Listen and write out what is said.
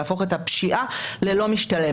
להפוך את הפשיעה ללא משתלמת.